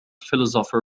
philosopher